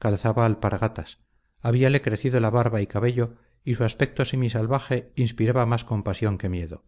calzaba alpargatas habíale crecido la barba y cabello y su aspecto semisalvaje inspiraba más compasión que miedo